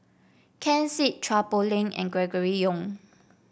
Ken Seet Chua Poh Leng and Gregory Yong